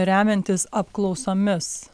remiantis apklausomis